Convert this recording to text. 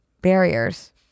barriers